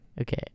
Okay